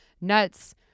nuts